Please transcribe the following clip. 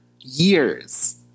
years